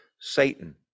Satan